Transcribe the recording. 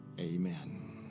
amen